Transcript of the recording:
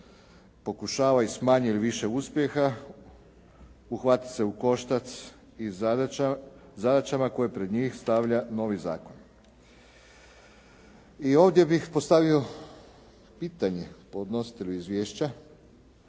pokušava s manje ili više uspjeha uhvatit se u koštac i zadaćama koje pred njih stavlja novi zakon. I ovdje bih postavio pitanje podnositelju izvješća